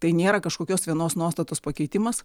tai nėra kažkokios vienos nuostatos pakeitimas